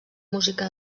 música